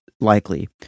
likely